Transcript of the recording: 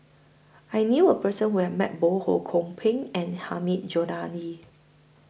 I knew A Person Who has Met Ho Kwon Ping and Hilmi Johandi